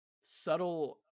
subtle